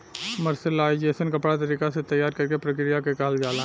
mercerisation कपड़ा तरीका से तैयार करेके प्रक्रिया के कहल जाला